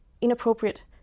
inappropriate